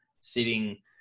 sitting